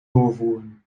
doorvoeren